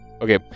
Okay